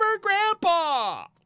Grandpa